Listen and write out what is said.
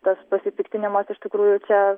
tas pasipiktinimas iš tikrųjų čia